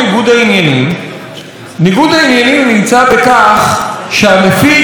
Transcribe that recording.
ניגוד העניינים נמצא בכך שהמפיק הבולט ביותר,